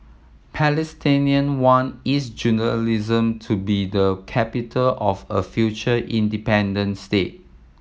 palestinians want East Jerusalem to be the capital of a future independent state